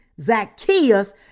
Zacchaeus